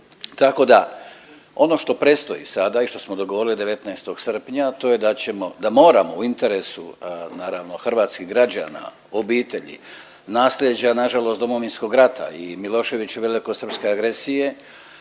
tako da ono što predstoji sada i što smo dogovorili 19. srpnja a to je da ćemo, da moramo u interesu naravno hrvatskih građana, obitelji, naslijeđa na žalost Domovinskog rata i Miloševićeve velikosrpske agresije